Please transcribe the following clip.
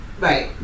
Right